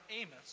Amos